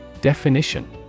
Definition